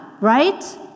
right